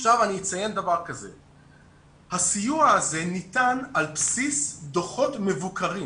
אני אציין שהסיוע הזה ניתן על בסיס דוחות מבוקרים,